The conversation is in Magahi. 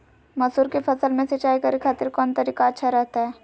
मसूर के फसल में सिंचाई करे खातिर कौन तरीका अच्छा रहतय?